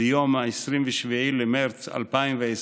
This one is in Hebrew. ב-27 במרץ 2020,